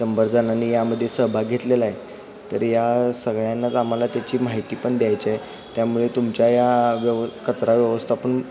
शंभरजणांनी यामध्ये सहभाग घेतलेला आहे तर या सगळ्यांनाच आम्हाला त्याची माहिती पण द्यायची आहे त्यामुळे तुमच्या या व्यव कचरा व्यवस्थापन